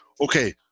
Okay